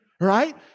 right